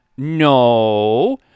No